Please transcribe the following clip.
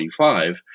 1945